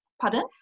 Pardon